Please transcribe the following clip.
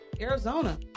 Arizona